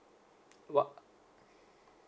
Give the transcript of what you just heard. what